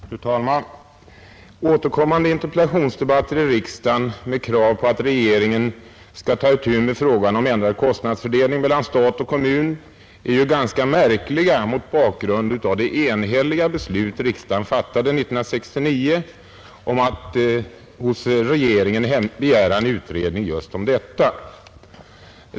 Fru talman! De återkommande interpellationsdebatterna i riksdagen med krav på att regeringen skall ta itu med frågan om ändrad kostnadsfördelning mellan stat och kommun är ju ganska märkliga mot bakgrund av det enhälliga beslut som riksdagen fattade 1969 om att hos regeringen begära en utredning just om detta.